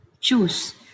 choose